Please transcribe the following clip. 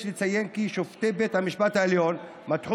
יש לציין כי שופטי בית המשפט העליון מתחו